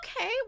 Okay